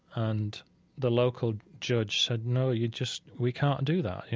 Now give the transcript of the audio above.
and the local judge said, no, you just, we can't do that. you